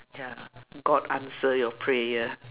ya god answer your prayer